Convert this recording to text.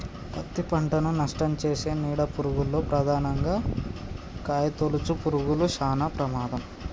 పత్తి పంటను నష్టంచేసే నీడ పురుగుల్లో ప్రధానంగా కాయతొలుచు పురుగులు శానా ప్రమాదం